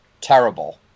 terrible